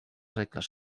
regles